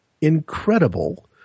incredible